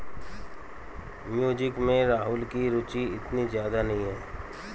music में राहुल की रुचि इतनी ज्यादा नहीं है